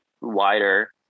wider